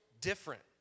different